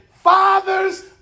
fathers